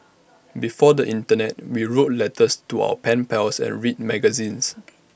before the Internet we wrote letters to our pen pals and read magazines